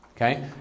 Okay